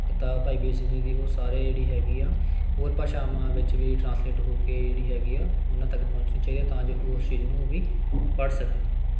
ਕਿਤਾਬ ਭਾਈ ਵੀਰ ਸਿੰਘ ਜੀ ਦੀ ਉਹ ਸਾਰੇ ਜਿਹੜੀ ਹੈਗੀ ਆ ਹੋਰ ਭਾਸ਼ਾਵਾਂ ਵਿੱਚ ਵੀ ਟ੍ਰਾਂਸਲੇਟ ਹੋ ਕੇ ਜਿਹੜੀ ਹੈਗੀ ਆ ਉਹਨਾਂ ਤੱਕ ਪਹੁੰਚਣੀ ਚਾਹੀਦੀ ਆ ਤਾਂ ਜੋ ਉਸ ਚੀਜ਼ ਨੂੰ ਉਹ ਵੀ ਪੜ੍ਹ ਸਕਣ